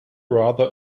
rather